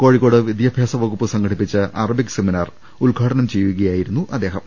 കോഴിക്കോട് വിദ്യാഭ്യാസ വകുപ്പ് സംഘടിപ്പിച്ച അറ ബിക് സെമിനാർ ഉദ്ഘാടനം ചെയ്യുകയായിരുന്നു അദ്ദേഹം